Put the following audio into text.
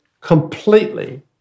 completely